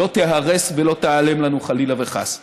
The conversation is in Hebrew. לא תיהרס ולא תיעלם לנו, חלילה וחס.